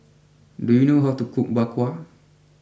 do you know how to cook Bak Kwa